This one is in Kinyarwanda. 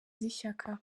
z’ishyaka